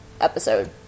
episode